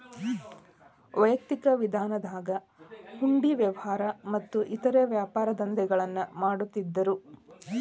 ವೈಯಕ್ತಿಕ ವಿಧಾನದಾಗ ಹುಂಡಿ ವ್ಯವಹಾರ ಮತ್ತ ಇತರೇ ವ್ಯಾಪಾರದಂಧೆಗಳನ್ನ ಮಾಡ್ತಿದ್ದರು